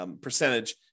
percentage